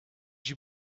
you